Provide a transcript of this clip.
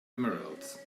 emeralds